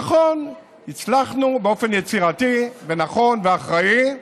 נכון, הצלחנו, באופן יצירתי ונכון ואחראי,